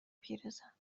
پیرزن